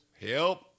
help